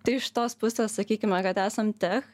tai iš tos pusės sakykime kad esam tech